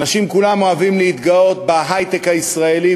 האנשים כולם אוהבים להתגאות בהיי-טק הישראלי,